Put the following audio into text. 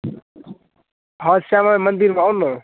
हँ श्यामा माइ मन्दिरमे आउ ने